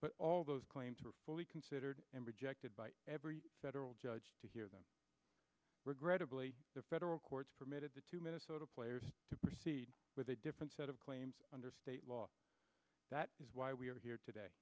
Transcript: but all those claims were fully considered and rejected by every federal judge to hear them regrettably the federal courts permitted the two minnesota players to proceed with a different set of claims under state law that is why we are here today